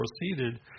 proceeded